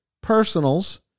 personals